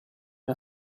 una